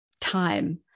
time